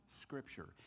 scripture